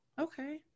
Okay